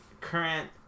current